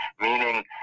meaning